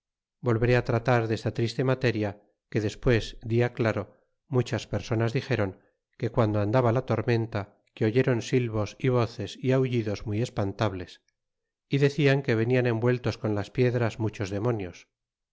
nombres volveré tratar desta triste materia que despues dia claro muchas personas dixéron que guando andaba la tormenta que oyéron silvos a voces é aullidos muy espantables é decian que venian embueltos con las piedras muchos demonios